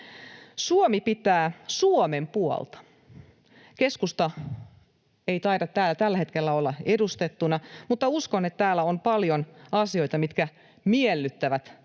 Suomi pitää Suomen puolta. Keskusta ei taida täällä tällä hetkellä olla edustettuna, mutta uskon, että täällä on paljon asioita, mitkä miellyttävät myös